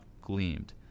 gleamed